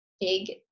big